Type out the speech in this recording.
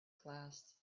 class